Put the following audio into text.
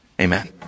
Amen